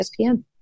ESPN